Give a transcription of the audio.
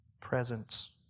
presence